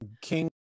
king